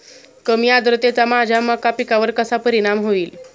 कमी आर्द्रतेचा माझ्या मका पिकावर कसा परिणाम होईल?